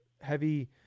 heavy